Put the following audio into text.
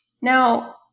Now